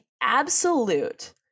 absolute